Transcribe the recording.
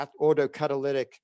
autocatalytic